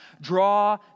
draw